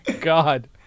God